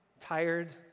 tired